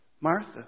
Martha